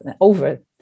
over